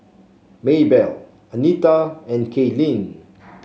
Maebelle Anita and Kaylene